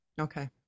Okay